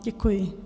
Děkuji.